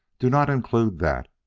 do not include that.